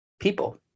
people